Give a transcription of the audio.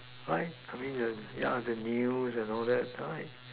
right I mean the ya the news and all that right